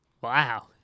Wow